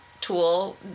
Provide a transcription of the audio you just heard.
tool